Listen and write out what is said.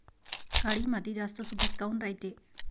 काळी माती जास्त सुपीक काऊन रायते?